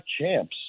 champs